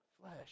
Flesh